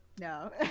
No